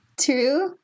true